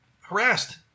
harassed